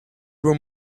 were